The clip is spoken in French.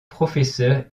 professeur